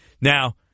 Now